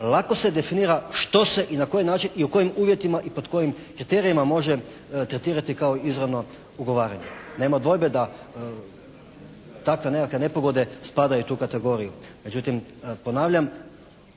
lako se definira što se i na koji način i u kojim uvjetima i pod kojim kriterijima može tretirati kao izvorno ugovaranje. Nema dvojbe da takve nekakve nepogode spadaju u tu kategoriju. Međutim ponavljam